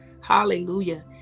hallelujah